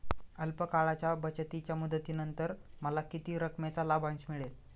अल्प काळाच्या बचतीच्या मुदतीनंतर मला किती रकमेचा लाभांश मिळेल?